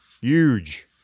huge